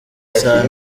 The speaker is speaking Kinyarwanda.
saa